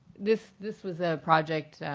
this this was a project,